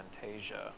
Fantasia